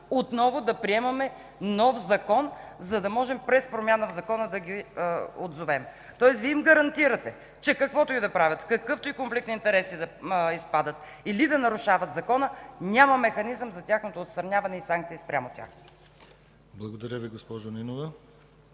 отново да приемаме нов закон, за да може при промяна на закона да ги отзовем. Тоест Вие им гарантирате, че каквото и да правят, в какъвто и конфликт на интереси да изпадат или да нарушават закона, няма механизъм за тяхното отстраняване и санкции спрямо тях. ПРЕДСЕДАТЕЛ ДИМИТЪР